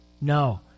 No